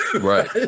Right